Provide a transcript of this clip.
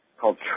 called